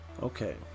Okay